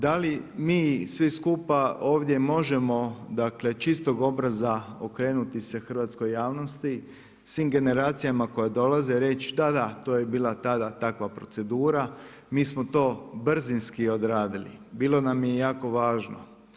Da li mi svi skupa ovdje možemo čistog obraza okrenuti se hrvatskoj javnosti, svim generacijama koje dolaze i reći da, da to je bila tada takva procedura, mi smo to brzinski odradili, bilo nam je jako važno.